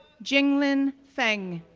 jinglin feng,